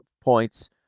points